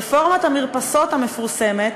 רפורמת המרפסות המפורסמת,